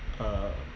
uh